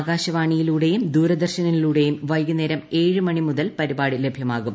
ആകാശവാണിയിലൂടെയും ദൂരദർശനിലൂടെയും വൈകുന്നേരം ഏഴ് മണി മുതൽ പരിപാടി ലഭ്യമാകും